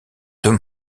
deux